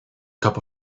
cup